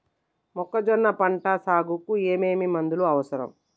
మొక్కజొన్న పంట సాగుకు ఏమేమి మందులు అవసరం?